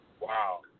Wow